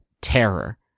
terror